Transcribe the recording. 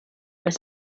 were